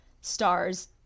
stars